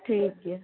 ᱴᱷᱤᱠ ᱜᱮᱭᱟ